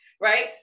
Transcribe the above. right